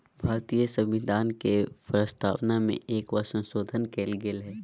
भारतीय संविधान के प्रस्तावना में एक बार संशोधन कइल गेले हइ